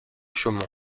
chaumont